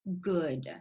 good